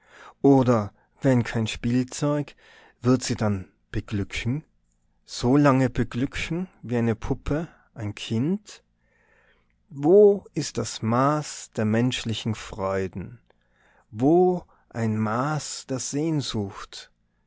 oder wenn kein spielzeug wird sie dann beglücken so lange beglücken wie eine puppe ein kind wo ist das maß der menschlichen freuden wo ein maß der sehnsucht